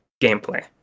gameplay